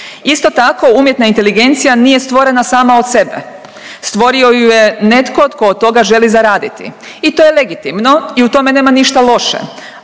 Isto tako, umjetna inteligencija nije stvorena sama od sebe. Stvorio ju je netko tko od toga želi zaraditi. I to je legitimno i u tome nema ništa loše,